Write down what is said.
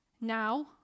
Now